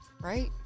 Right